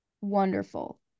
wonderful